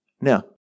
Now